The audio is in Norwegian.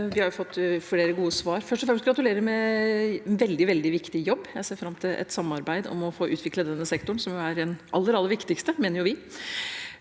Vi har fått flere gode svar, men først og fremst: Gratulerer med en veldig viktig jobb. Jeg ser fram til et samarbeid om å få utviklet denne sektoren, som er den aller, aller viktigste, mener jo vi.